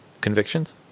convictions